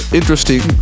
interesting